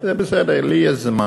זה בסדר, לי יש זמן.